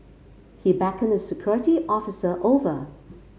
he beckoned a security officer over